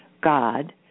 God